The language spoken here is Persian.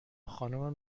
خانم